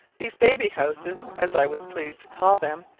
these baby houses, as i was pleased to call them,